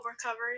recovery